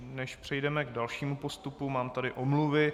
Než přejdeme k dalšímu postupu, mám tady omluvy.